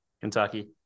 Kentucky